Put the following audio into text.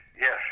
yes